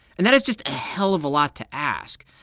and that is just a hell of a lot to ask.